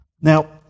Now